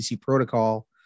protocol